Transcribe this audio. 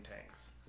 tanks